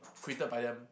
created by them